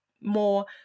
more